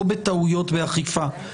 לא בטעויות באכיפה.